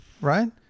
Right